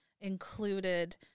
included